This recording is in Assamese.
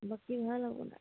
বাকী ভাল আপোনাৰ